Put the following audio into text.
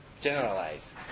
generalize